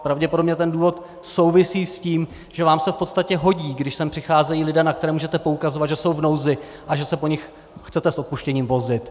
Pravděpodobně ten důvod souvisí s tím, že vám se v podstatě hodí, když sem přicházejí lidé, na které můžete poukazovat, že jsou v nouzi, a že se po nich chcete s odpuštěním vozit.